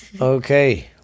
Okay